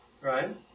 Right